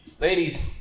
Ladies